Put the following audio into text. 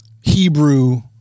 Hebrew